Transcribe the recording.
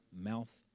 mouth